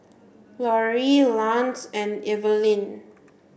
Lorri Lance and Evelin